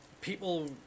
people